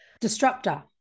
Disruptor